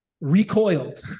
recoiled